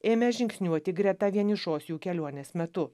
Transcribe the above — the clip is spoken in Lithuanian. ėmė žingsniuoti greta vienišos jų kelionės metu